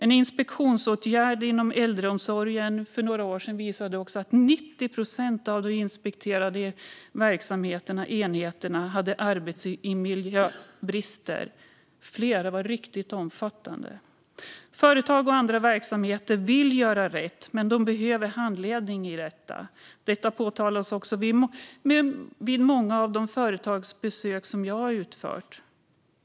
En inspektionsåtgärd inom äldreomsorgen för några år sedan visade också att 90 procent av de inspekterade enheterna hade arbetsmiljöbrister, och flera var riktigt omfattande. Företag och andra verksamheter vill göra rätt, men de behöver handledning i detta. Det påpekas vid många av de företagsbesök som jag har utfört.